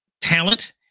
talent